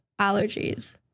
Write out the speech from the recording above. allergies